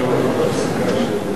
האם אפשר לצאת להפסקה של דקתיים?